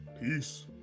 Peace